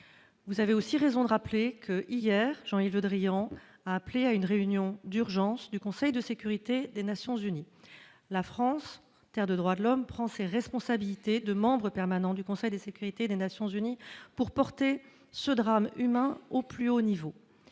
Vous avez aussi raison de rappeler que, hier, Jean-Yves Le Drian a appelé à une réunion d'urgence du Conseil de sécurité des Nations unies. La France, terre de droits de l'homme, prend ses responsabilités de membre permanent du Conseil de sécurité, pour porter ce drame humain au plus haut niveau.